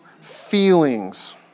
feelings